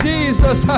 Jesus